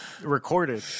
recorded